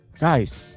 guys